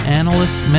analysts